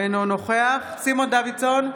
אינו נוכח סימון דוידסון,